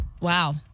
Wow